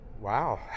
wow